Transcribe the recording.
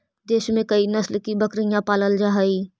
देश में कई नस्ल की बकरियाँ पालल जा हई